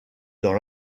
dans